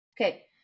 okay